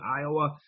Iowa